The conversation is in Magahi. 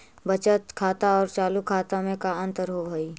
बचत खाता और चालु खाता में का अंतर होव हइ?